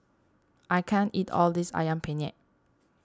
I can't eat all this Ayam Penyet